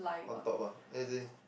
on top ah as in